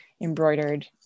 embroidered